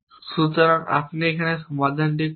সুতরাং আমরা কিভাবে সমাধান করব